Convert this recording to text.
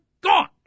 gone